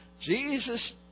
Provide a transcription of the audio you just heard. Jesus